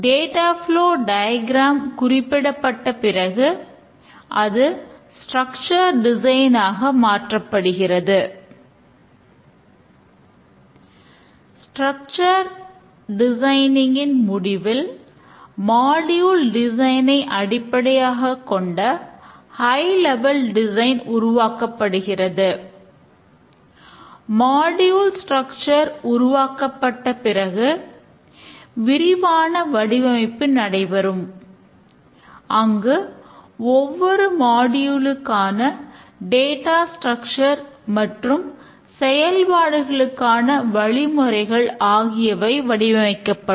structure designing மற்றும் செயல்பாடுகளுக்கான வழிமுறைகள் ஆகியவை வடிவமைக்கப்படும்